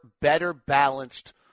better-balanced